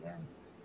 yes